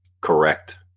correct